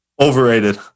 overrated